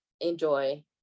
enjoy